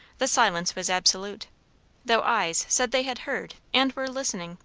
the silence was absolute though eyes said they had heard, and were listening